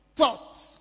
thoughts